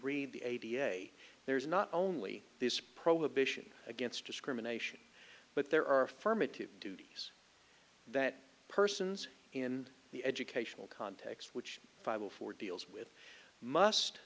read the eighty a there is not only this prohibition against discrimination but there are affirmative duty as that persons in the educational context which i will for deals with must